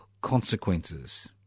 consequences